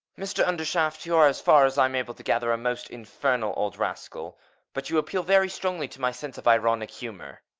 mr undershaft you are, as far as i am able to gather, a most infernal old rascal but you appeal very strongly to my sense of ironic humor.